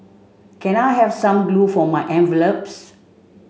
can I have some glue for my envelopes